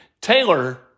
Taylor